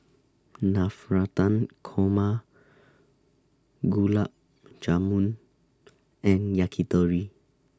Navratan Korma Gulab Jamun and Yakitori